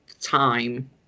time